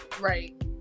Right